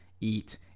eat